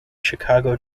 chicago